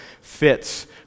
fits